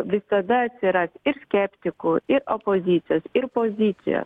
visada atsiras ir skeptikų ir opozicijos ir pozicijoje